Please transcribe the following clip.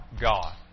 God